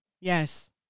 Yes